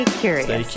curious